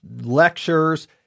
lectures